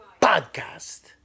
Podcast